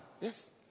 Yes